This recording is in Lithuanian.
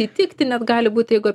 įtikti net gali būt jeigu